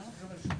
נכון.